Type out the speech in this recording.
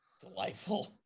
delightful